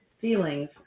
feelings